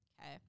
Okay